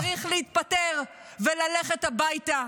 -- שצריך להתפטר וללכת הביתה.